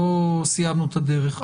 לא סיימנו את הדרך,